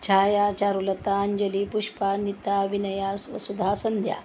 छाया चारुलता अंजली पुष्पा नीता विनया सु सुधा संध्या